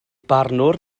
barnwr